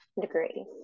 degree